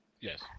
Yes